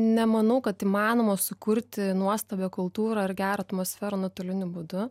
nemanau kad įmanoma sukurti nuostabią kultūrą ar gerą atmosferą nuotoliniu būdu